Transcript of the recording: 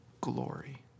glory